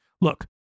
Look